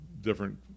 different